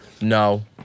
No